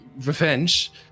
Revenge